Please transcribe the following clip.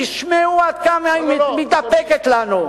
תשמעו עד כמה היא מתדפקת אצלנו.